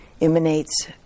emanates